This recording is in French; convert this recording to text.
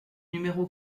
numéro